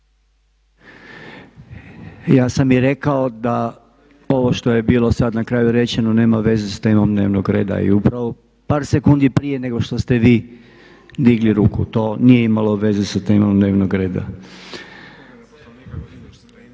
Ja sam i rekao da ovo što je bilo sada na kraju rečeno nema veze sa temom dnevnog reda i upravo par sekundi prije nego što ste vi digli ruku, to nije imalo veze sa temom dnevnog reda.